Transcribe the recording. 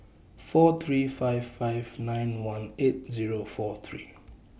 four three five five nine one eight Zero four three